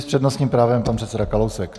S přednostním právem pan předseda Kalousek.